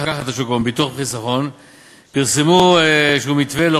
ביטוח וחיסכון פרסמו מתווה כלשהו